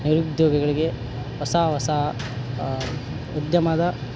ನಿರುದ್ಯೋಗಿಗಳಿಗೆ ಹೊಸ ಹೊಸ ಉದ್ಯಮದ